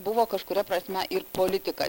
buvo kažkuria prasme ir politikas